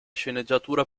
sceneggiatura